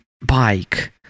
bike